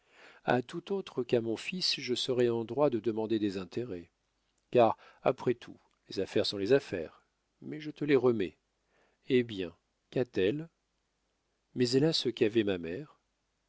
a tout autre qu'à mon fils je serais en droit de demander des intérêts car après tout les affaires sont les affaires mais je te les remets hé bien qu'a-t-elle mais elle a ce qu'avait ma mère